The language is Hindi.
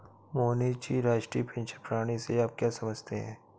मोहनीश जी, राष्ट्रीय पेंशन प्रणाली से आप क्या समझते है?